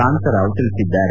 ಕಾಂತರಾವ್ ತಿಳಿಸಿದ್ದಾರೆ